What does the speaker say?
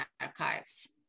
archives